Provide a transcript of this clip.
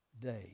day